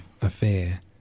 affair